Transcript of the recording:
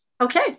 okay